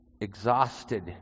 exhausted